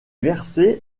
versée